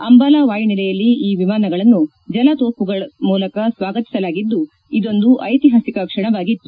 ಅಂಬಾಲ ವಾಯು ನೆಲೆಯಲ್ಲಿ ಈ ವಿಮಾನಗಳನ್ನು ಜಲತೋಮಗಳ ಮೂಲಕ ಸ್ವಾಗತಿಸಲಾಗಿದ್ದು ಇದೊಂದು ಐತಿಹಾಸಿಕ ಕ್ಷಣವಾಗಿತ್ತು